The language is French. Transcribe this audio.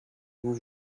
vous